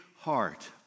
heart